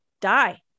die